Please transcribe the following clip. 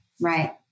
right